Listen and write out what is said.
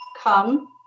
come